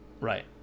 Right